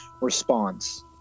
response